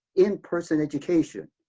in-person education,